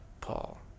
Paul